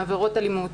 עבירות אלימות.